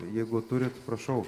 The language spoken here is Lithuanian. jeigu turit prašau